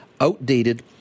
outdated